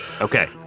Okay